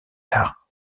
tard